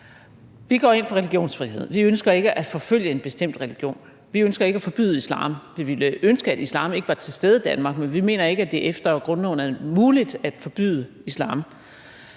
Vi går ind for religionsfrihed. Vi ønsker ikke at forfølge en bestemt religion. Vi ønsker ikke at forbyde islam. Vi ville ønske, at islam ikke var til stede i Danmark, men vi mener ikke, at det efter grundloven er muligt at forbyde islam.